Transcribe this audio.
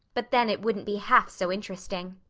but then it wouldn't be half so interesting.